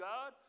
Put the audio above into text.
God